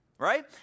right